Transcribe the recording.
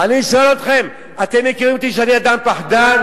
אני שואל אתכם: אתם מכירים אותי שאני אדם פחדן?